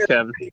Kevin